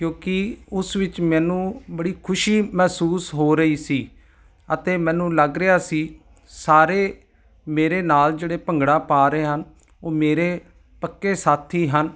ਕਿਉਂਕਿ ਉਸ ਵਿੱਚ ਮੈਨੂੰ ਬੜੀ ਖੁਸ਼ੀ ਮਹਿਸੂਸ ਹੋ ਰਹੀ ਸੀ ਅਤੇ ਮੈਨੂੰ ਲੱਗ ਰਿਹਾ ਸੀ ਸਾਰੇ ਮੇਰੇ ਨਾਲ ਜਿਹੜੇ ਭੰਗੜਾ ਪਾ ਰਹੇ ਹਨ ਉਹ ਮੇਰੇ ਪੱਕੇ ਸਾਥੀ ਹਨ